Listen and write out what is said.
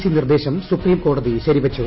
C നിർദ്ദേശം സുപ്രീംകോടതി ശരിവെച്ചു